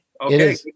Okay